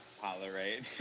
tolerate